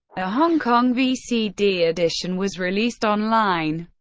a hong kong vcd edition was released online.